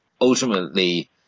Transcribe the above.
ultimately